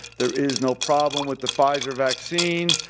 there is no problem with the pfizer vaccine.